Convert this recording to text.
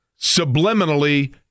subliminally